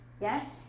yes